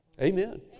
Amen